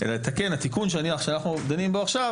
התיקון שאנחנו דנים בו עכשיו,